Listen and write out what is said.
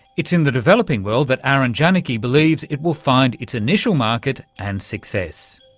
it's in the developing world that aaron janicki believes it will find its initial market and success.